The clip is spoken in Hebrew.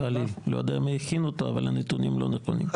לא יודע מי הכין אותו אבל הנתונים לא נכונים.